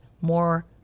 more